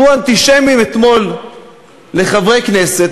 יקראו "אנטישמים" אתמול לחברי כנסת,